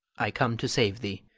i come to save thee.